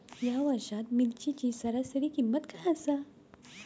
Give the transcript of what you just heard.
या वर्षात मिरचीची सरासरी किंमत काय आसा?